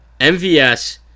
MVS